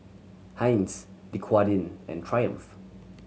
Heinz Dequadin and Triumph